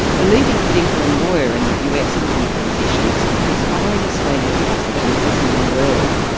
the leading thinker and lawyer in the us looking at these issues is following australia's passage into this new world.